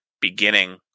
beginning